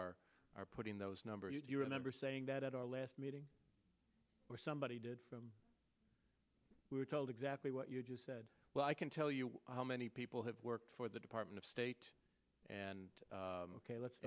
are are putting those number you remember saying that at our last meeting where somebody did we were told exactly what you just said well i can tell you how many people have worked for the department of state and ok let's